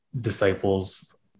disciples